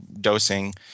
dosing